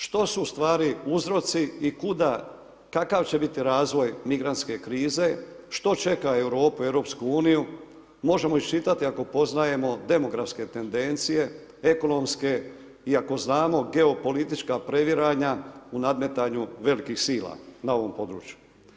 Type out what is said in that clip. Što su ustvari uzroci i kuda, kakav će biti razvoj migrantske krize, što će čeka Europu, EU, možemo iščitati ako poznajemo demografske tendencije, ekonomske i ako znamo geopolitička previranja u nadmetanju velikih sila na ovom području.